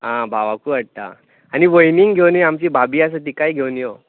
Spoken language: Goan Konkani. आं भावाकूय हाडटा आनी वयनीय घेवन यो आमची भाभी आसा तिकाय घेवन यो